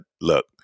look